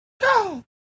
Go